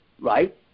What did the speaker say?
right